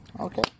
Okay